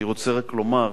אני רוצה רק לומר,